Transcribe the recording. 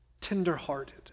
tenderhearted